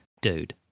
dude